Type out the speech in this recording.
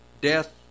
death